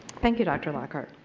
thank you, dr. lockard.